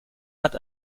hat